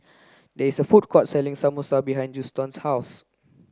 there is a food court selling Samosa behind Juston's house